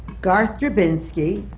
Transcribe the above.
garth drabinsky,